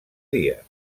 dies